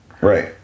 Right